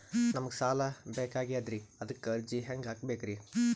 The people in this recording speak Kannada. ನಮಗ ಸಾಲ ಬೇಕಾಗ್ಯದ್ರಿ ಅದಕ್ಕ ಅರ್ಜಿ ಹೆಂಗ ಹಾಕಬೇಕ್ರಿ?